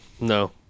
No